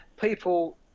People